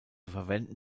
verwenden